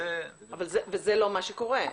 וזה לא מה שקורה.